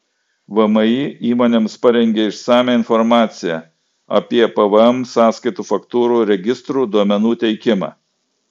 vmi įmonėms parengė išsamią informaciją apie pvm sąskaitų faktūrų registrų duomenų teikimą